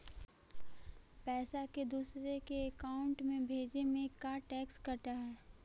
पैसा के दूसरे के अकाउंट में भेजें में का टैक्स कट है?